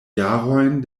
jarojn